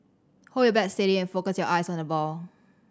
hold your bat steady and focus your eyes on the ball